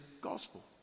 gospel